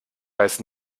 weiß